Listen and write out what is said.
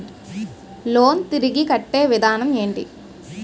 Loan తిరిగి కట్టే విధానం ఎంటి?